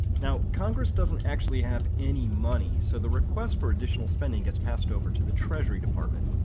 now, congress doesn't actually have any money so the request for additional spending gets passed over to the treasury department.